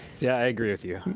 yeah, i agree with you